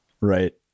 right